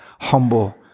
humble